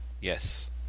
yes